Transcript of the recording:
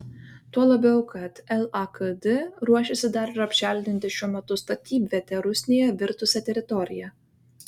tuo labiau kad lakd ruošiasi dar ir apželdinti šiuo metu statybviete rusnėje virtusią teritoriją